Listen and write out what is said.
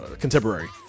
Contemporary